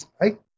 right